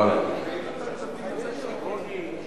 אתה תביא מתי שאתה רוצה.